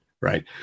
right